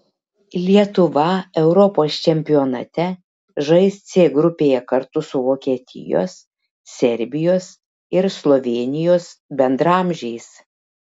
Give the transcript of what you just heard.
lietuva europos čempionate žais c grupėje kartu su vokietijos serbijos ir slovėnijos bendraamžiais